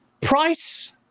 price